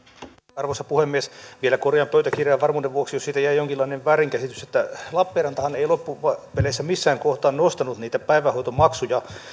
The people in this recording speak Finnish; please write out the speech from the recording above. arvoisa puhemies vielä korjaan pöytäkirjaan varmuuden vuoksi jos siitä jäi jonkinlainen väärinkäsitys että lappeenrantahan ei loppupeleissä missään kohtaa nostanut niitä päivähoitomaksuja